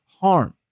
harm